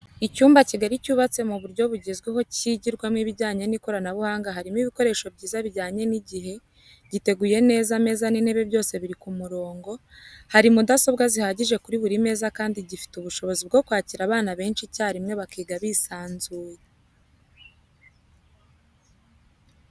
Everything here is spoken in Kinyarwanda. Icyumba kigari cyubatse ku buryo bwugezweho kigirwamo ibijyanye n'ikoranabuhanga harimo ibikoresho byiza bijyanye n'igihe, giteguye neza ameza n'intebe byose biri ku murongo ,hari mudasobwa zihagije kuri buri meza kandi gifite ubushobozi bwo kwakira abana benshi icyarimwe bakiga bisanzuye.